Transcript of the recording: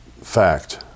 fact